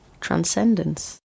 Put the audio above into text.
transcendence